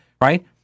Right